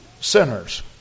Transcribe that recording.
sinners